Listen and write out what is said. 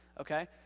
okay